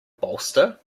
bolster